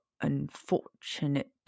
unfortunate